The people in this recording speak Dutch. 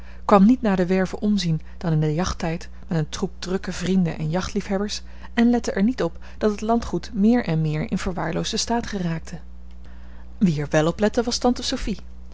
kwam niet naar de werve omzien dan in den jachttijd met een troep drukke vrienden en jachtliefhebbers en lette er niet op dat het landgoed meer en meer in verwaarloosden staat geraakte wie er wèl op lette was tante sophie